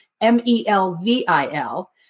M-E-L-V-I-L